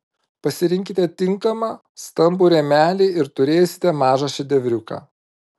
pasirinkite tinkamą stambų rėmelį ir turėsite mažą šedevriuką